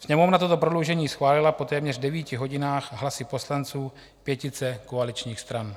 Sněmovna toto prodloužení schválila po téměř devíti hodinách hlasy poslanců pětice koaličních stran.